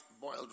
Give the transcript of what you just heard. boiled